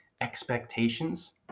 expectations